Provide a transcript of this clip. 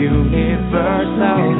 universal